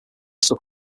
stuck